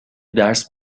درس